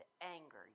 anger